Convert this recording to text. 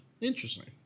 Interesting